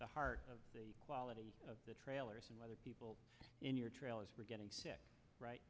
the heart of the quality of the trailers and whether people in your trailers were getting sick